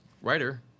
Writer